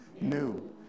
new